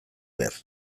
behar